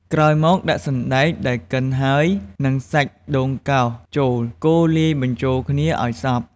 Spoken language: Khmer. ក្រោយមក ដាក់សណ្ដែកដែលកិនហើយ និងសាច់ដូងកោសចូល កូរលាយបញ្ចូលគ្នាឲ្យសព្វ។